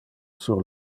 sur